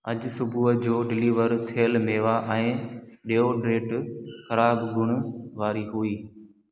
अॼु सुबुह जो डिलीवर थेयल मेवा ऐं डेओड्रेंट ख़राब गुण वारी हुई